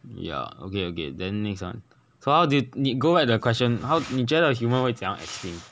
ya okay okay then next one so how do you need go back to the question how 你觉得 human 会怎样 extinct